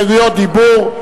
הסתייגויות דיבור.